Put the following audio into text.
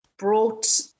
brought